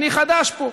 אני חדש פה.